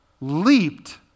leaped